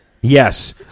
Yes